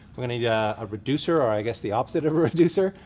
we're gonna need yeah a reducer, or i guess the opposite of a reducer,